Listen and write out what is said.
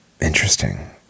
interesting